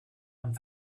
and